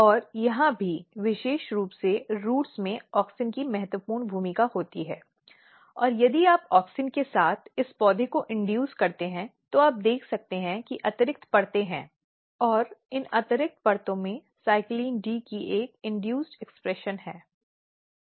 और यहां भी विशेष रूप से जड़ों में ऑक्सिन की महत्वपूर्ण भूमिका होती है और यदि आप ऑक्सिन के साथ इस पौधे को प्रेरित करते हैं तो आप देख सकते हैं कि अतिरिक्त परतें हैं और इन अतिरिक्त परतों में CYCLIN D की एक प्रेरित अभिव्यक्ति है